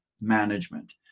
management